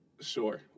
Sure